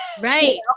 Right